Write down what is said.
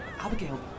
Abigail